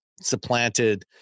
supplanted